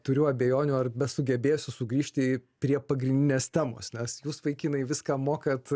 turiu abejonių ar sugebėsiu sugrįžti į prie pagrindinės temos nes jūs vaikinai viską mokat